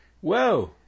Whoa